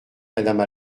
madame